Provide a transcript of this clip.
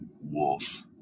wolf